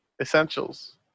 essentials